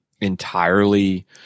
entirely